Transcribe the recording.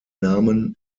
namen